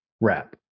Wrap